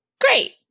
great